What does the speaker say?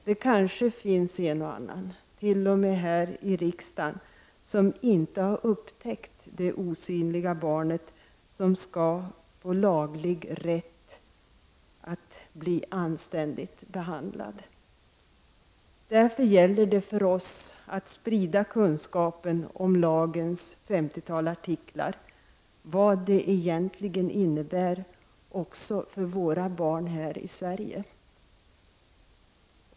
Det kanske finns en och annan, t.o.m. här i riksdagen, som inte har upptäckt det osynliga barnet, som skall få laglig rätt att bli anständigt behandlat. Därför gäller det för Oss att sprida kunskapen om lagens femtiotal artiklar och om vad de egentligen innebär även för våra barn i Sverige.